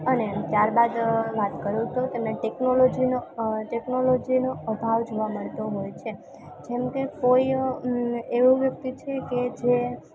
અને ત્યારબાદ વાત કરું તો તમે ટેકનોલોજીનો ટેકનોલોજીનો અભાવ જોવા મળતો હોય છે જેમકે કોઈ એવું વ્યક્તિ છેકે જે